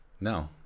no